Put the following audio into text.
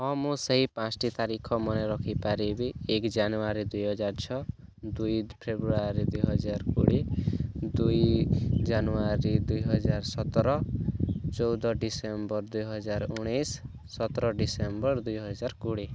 ହଁ ମୁଁ ସେହି ପାଞ୍ଚଟି ତାରିଖ ମନେ ରଖିପାରିବି ଏକ ଜାନୁୟାରୀ ଦୁଇ ହଜାର ଛଅ ଦୁଇ ଫେବୃୟାରୀ ଦୁଇ ହଜାର କୋଡ଼ିଏ ଦୁଇ ଜାନୁୟାରୀ ଦୁଇ ହଜାର ସତର ଚଉଦ ଡିସେମ୍ବର ଦୁଇ ହଜାର ଉଣେଇଶ ସତ୍ର ଡିସେମ୍ବର ଦୁଇ ହଜାର କୋଡ଼ିଏ